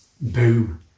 Boom